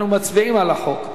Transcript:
אנחנו מצביעים על החוק.